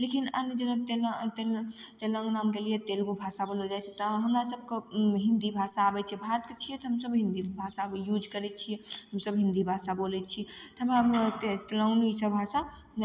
लेकिन अन्य जगहके तेना ते तेलांगनामे गेलियै तेलगु भाषा बोलल जाइ छै तऽ हमरा सबके हिन्दी भाषा अबय छियै भारतके छियै तऽ हम सब हिन्दी भाषा यूज करय छियै हमसब हिन्दी भाषा बोलय छियै तऽ हमरा अते तेलाङ्गनी छै भाषा नहि